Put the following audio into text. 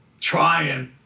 Trying